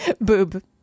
Boob